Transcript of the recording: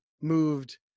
moved